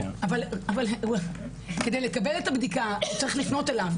אבל כדי לקבל את הבדיקה, הוא צריך לפנות אליו.